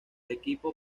equipo